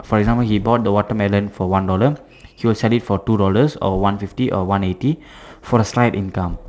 for example he bought the watermelon for one dollar he will sell it for two dollars or one fifty or one eighty for a slight income